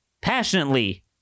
passionately